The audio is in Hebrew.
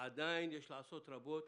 עדיין יש לעשות רבות